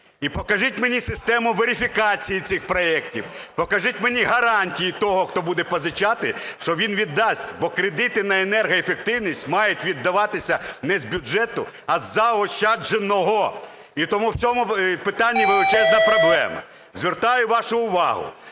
І покажіть мені систему верифікації цих проектів. Покажіть мені гарантії того, хто буде позичати, що він віддасть. Бо кредити на енергоефективність мають віддаватися не з бюджету, а з заощадженого. І тому в цьому питанні величезна проблема. Звертаю вашу увагу,